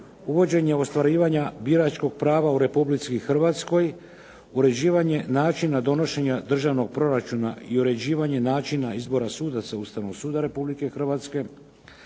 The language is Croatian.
uvođenje ostvarivanja biračkog prava u Republici Hrvatskoj, uređivanje načina donošenje državnog proračuna i uređivanje načina izbora sudaca Ustavnog suda Republike Hrvatske.